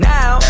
Now